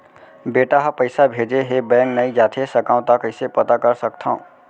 बेटा ह पइसा भेजे हे बैंक नई जाथे सकंव त कइसे पता कर सकथव?